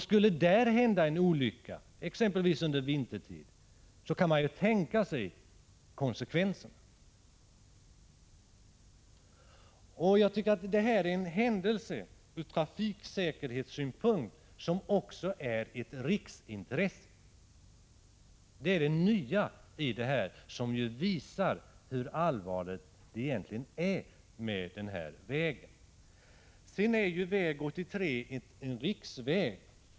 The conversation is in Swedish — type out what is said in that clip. Skulle det där hända en olycka, exempelvis vintertid, så kan man tänka sig konsekvenserna. Jag tycker att detta är en händelse ur trafiksäkerhetssynpunkt som också är av riksintresse. Detta är något nytt, som visar hur allvarligt det egentligen är med den här vägen. Sedan är ju väg 83 en riksväg.